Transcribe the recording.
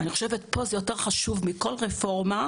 אני חושבת שזה חשוב יותר מכל רפורמה,